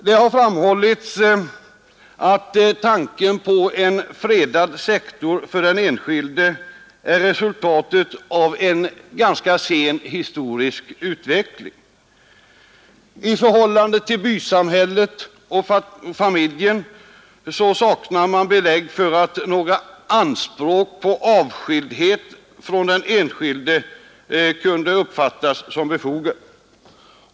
Det har framhållits att tanken på en fredad sektor för den enskilde är resultatet av en ganska sen historisk utveckling. Från bysamhället och familjen saknas det belägg för att några anspråk på avskildhet från de enskilda kunde uppfattas som befogade.